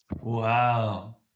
wow